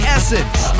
Essence